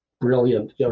brilliant